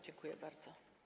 Dziękuję bardzo.